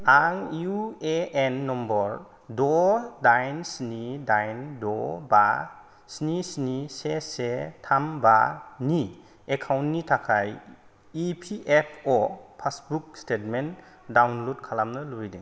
आं U A N number द' दाइन स्नि दाइन द' बा स्नि स्नि से से थाम बा नि एकाउन्टनि थाखाय E P F O passbook statement download खालामनो लुबैदों